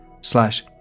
slash